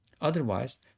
Otherwise